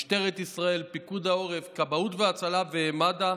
משטרת ישראל, פיקוד העורף, כבאות והצלה ומד"א.